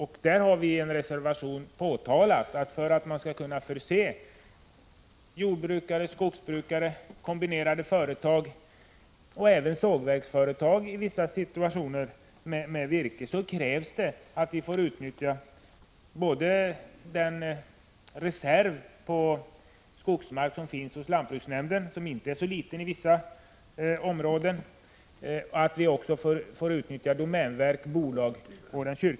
Vi har i en reservation framhållit att om man skall kunna förse jordbrukare, skogsbrukare, kombinerade företag och även sågverksföretag i vissa situationer med virke, så krävs det att man får utnyttja både den skogsmark som finns hos lantbruksnämnderna — den är inte så liten i vissa områden — och den skogsmark som ägs av domänverket, skogsbolagen och kyrkan.